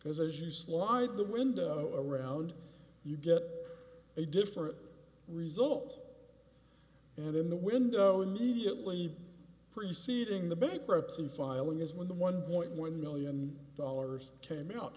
because as you slide the window around you get a different result and in the window immediately preceding the bankruptcy filing is when the one point one million dollars came out